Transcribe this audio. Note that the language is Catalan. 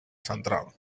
central